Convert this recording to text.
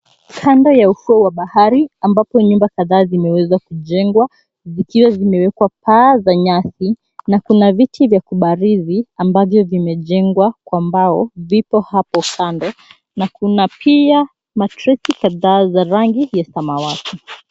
Kando ya ufuo wa bahari ambapo nyumba kadhaa zimeweza kujengwa na kuwekwa paa za nyasi na kuna viti vya kubarizi ambavyo vimejengwa kwa mbao vipo hapo kando na kuna pia matreki kadhaa za rangi ya samawati